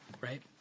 Right